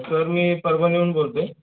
sir मी परभणीहून बोलतो आहे